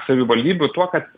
savivaldybių tuo kad